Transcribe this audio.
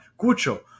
Cucho